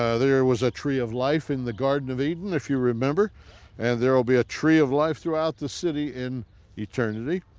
ah there was a tree of life in the garden of eden if you remember and there'll be a tree of life throughout the city in eternity.